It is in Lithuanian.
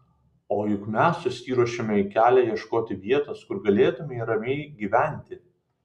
o juk mes susiruošėme į kelią ieškoti vietos kur galėtumėme ramiai gyventi